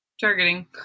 targeting